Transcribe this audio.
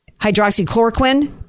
hydroxychloroquine